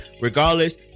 regardless